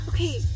Okay